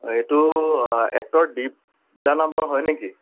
এইটো এক্টৰ দ্বীপ দা নম্বৰ হয় নেকি